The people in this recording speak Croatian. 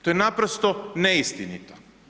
To je naprosto neistinito.